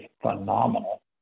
phenomenal